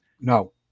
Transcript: No